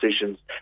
decisions